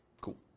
Cool